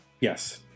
yes